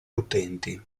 utenti